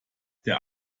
der